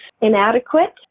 inadequate